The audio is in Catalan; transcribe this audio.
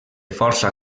força